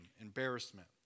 embarrassment